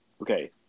okay